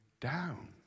down